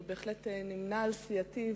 והוא בהחלט נמנה עם סיעתי,